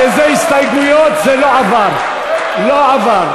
כשזה הסתייגויות זה לא עבר, לא עבר.